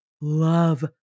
love